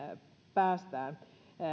päästään